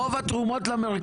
גם רוב התרומות הולכות למרכז,